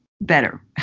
better